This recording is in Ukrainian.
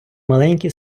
маленькі